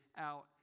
out